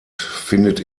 findet